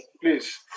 please